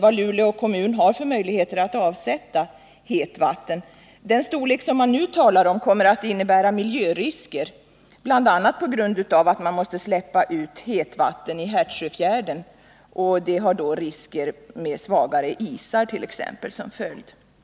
vad Luleå kommun har möjligheter att avsätta i fråga om hetvatten. En produktion av den storleksordning som man nu talar om kommer att innebära miljörisker, bl.a. på grund av att det måste släppas ut hetvatten i Hertsöfjärden, vilket exempelvis får till följd att isarna blir svagare.